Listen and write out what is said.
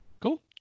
Cool